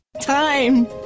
Time